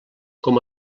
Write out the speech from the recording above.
com